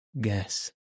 Guess